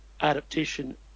adaptation